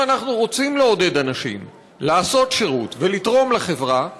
אם אנחנו רוצים לעודד אנשים לעשות שירות ולתרום לחברה,